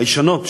הישנות,